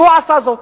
והוא עשה זאת.